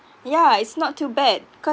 yeah it's not too bad cause